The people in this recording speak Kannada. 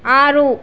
ಆರು